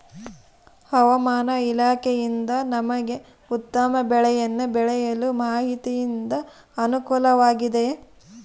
ಹವಮಾನ ಇಲಾಖೆಯಿಂದ ನಮಗೆ ಉತ್ತಮ ಬೆಳೆಯನ್ನು ಬೆಳೆಯಲು ಮಾಹಿತಿಯಿಂದ ಅನುಕೂಲವಾಗಿದೆಯೆ?